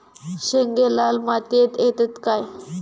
शेंगे लाल मातीयेत येतत काय?